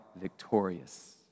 victorious